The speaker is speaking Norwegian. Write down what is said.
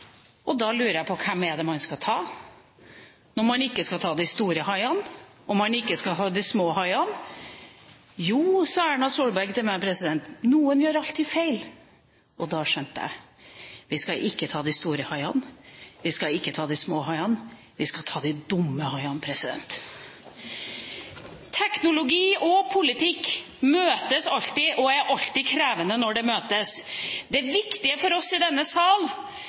samfunn. Da lurer jeg på: Hvem er det man skal ta når man ikke skal ta de store haiene, og når man ikke skal ta de små haiene? Jo, sa Erna Solberg til meg, noen gjør alltid feil. Da skjønte jeg det. Vi skal ikke ta de store haiene, vi skal ikke ta de små haiene, vi skal ta de dumme haiene. Teknologi og politikk møtes alltid og er alltid krevende når de møtes. Det viktige for oss i denne sal